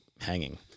hanging